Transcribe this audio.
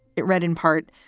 it read in part,